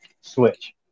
switch